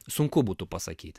sunku būtų pasakyti